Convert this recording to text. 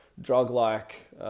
drug-like